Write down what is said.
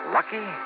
Lucky